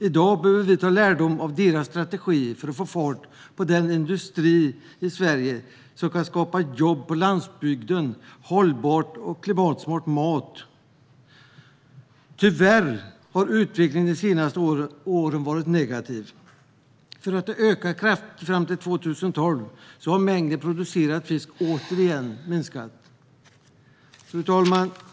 I dag behöver vi ta lärdom av deras strategi för att få fart på den industrin i Sverige. Det kan skapa jobb på landsbygden och hållbar, klimatsmart mat. Tyvärr har utvecklingen de senaste åren varit negativ. Från att ha ökat kraftigt fram till 2012 har mängden producerad fisk återigen minskat. Fru talman!